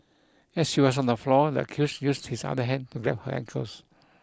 as she was on the floor the accused used his other hand to grab her ankles